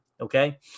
okay